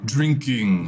Drinking